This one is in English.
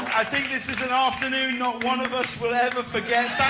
i think this is an afternoon not one of us will ever forget.